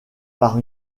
par